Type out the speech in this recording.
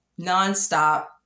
nonstop